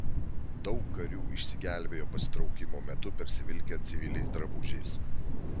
daug karių išsigelbėjo pasitraukimo metu persivilkę civiliais drabužiais